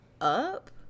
up